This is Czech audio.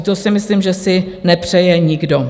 To si myslím, že si nepřeje nikdo.